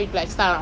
not bad lah